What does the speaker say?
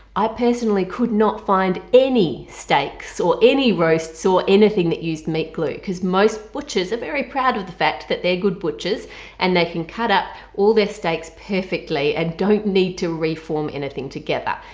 i personally could not find any steaks or any roasts or anything that used meat glue because most butchers are very proud of the fact that they're good butchers and they can cut up all their steaks perfectly and don't need to reform anything together.